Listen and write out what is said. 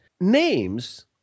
names